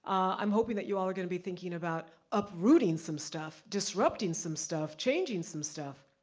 i'm hoping that you all are gonna be thinking about uprooting some stuff, disrupting some stuff, changing some stuff.